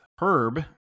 Herb